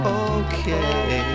okay